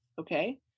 okay